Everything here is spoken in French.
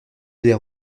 des